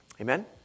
Amen